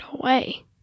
away